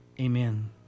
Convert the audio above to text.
Amen